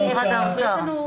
האוצר.